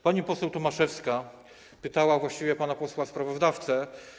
Pani poseł Tomaszewska pytała właściwie pana posła sprawozdawcę.